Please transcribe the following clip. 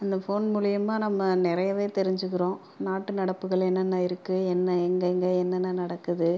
அந்த ஃபோன் மூலயமா நம்ம நிறையவே தெரிஞ்சுக்குறோம் நாட்டு நடப்புகள் என்னென்ன இருக்குது என்ன எங்கங்கே என்னென்ன நடக்குது